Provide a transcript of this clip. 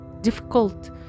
difficult